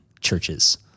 churches